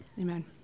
Amen